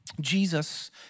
Jesus